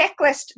checklist